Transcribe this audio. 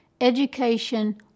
education